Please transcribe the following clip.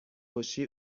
کشی